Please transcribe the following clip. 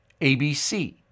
ABC